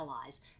allies